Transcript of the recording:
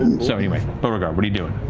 so, anyway, beauregard. what are you doing?